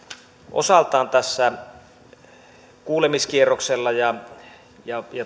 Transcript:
osaltaan tässä kuulemiskierroksella ja ja